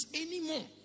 anymore